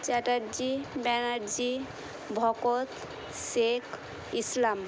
Chatterjee Banerjee Bhakat Sheikh Islam